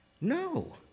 No